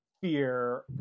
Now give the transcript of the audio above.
fear